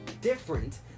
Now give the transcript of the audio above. different